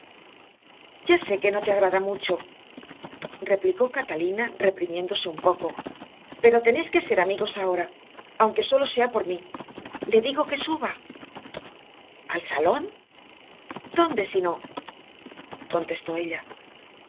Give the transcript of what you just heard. ya sé que no te agrada mucho replicó catalina reprimiéndose un poco pero tenéis que ser amigos ahora aunque sólo sea por mí le digo que suba al salón dónde si no contestó ella